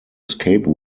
escape